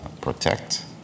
protect